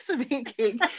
speaking